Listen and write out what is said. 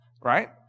Right